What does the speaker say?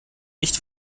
nicht